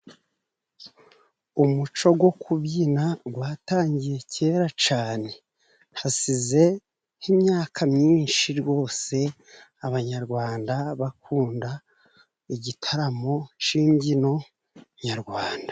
Umuco wo kubyina watangiye kera cyane，hashize nk’imyaka myinshi rwose，abanyarwanda bakunda igitaramo cy'imbyino nyarwanda.